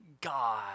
God